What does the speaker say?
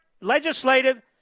legislative